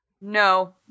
no